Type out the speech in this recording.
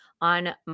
On